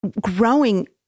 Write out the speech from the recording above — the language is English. growing